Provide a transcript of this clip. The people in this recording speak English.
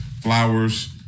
flowers